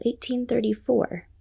1834